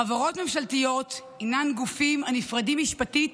חברות ממשלתיות הן גופים הנפרדים משפטית